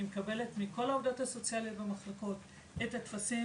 היא מקבלת מכל העובדות הסוציאליות במחלקות את הטפסים